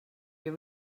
you